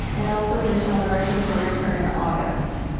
and also additional direction to return in august.